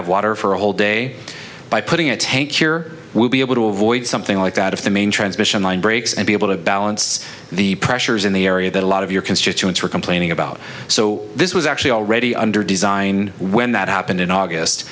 have water for a whole day by putting a tank here would be able to avoid something like that if the main transmission line breaks and be able to balance the pressures in the area that a lot of your constituents are complaining about so this was actually already under design when that happened in august